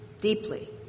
deeply